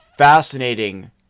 Fascinating